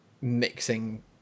mixing